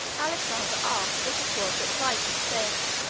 alexander asked what it was that clitus said.